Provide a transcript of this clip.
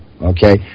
Okay